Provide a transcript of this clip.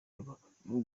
rubavu